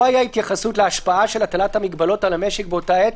לא היתה התייחסות להשפעה של מטלת המגבלות על המשק באותה עת.